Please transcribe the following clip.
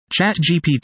ChatGPT